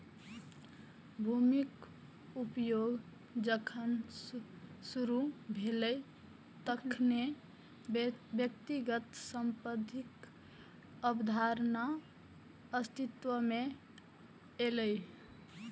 भूमिक उपयोग जखन शुरू भेलै, तखने व्यक्तिगत संपत्तिक अवधारणा अस्तित्व मे एलै